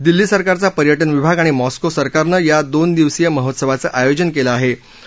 दिल्ली सरकारचा पर्यटन विभाग आणि मॉस्को सरकारन या दोन दिवसीय महोत्सवाचञ्ञायोजन केलञ्ञाहे